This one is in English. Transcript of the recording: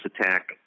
attack